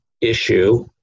issue